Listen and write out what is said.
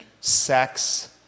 sex